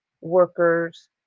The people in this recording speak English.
workers